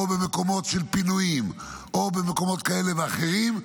במקומות של פינויים או במקומות כאלה ואחרים,